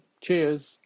Cheers